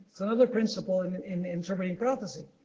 it's another principle and in interpreting prophecy.